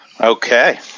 Okay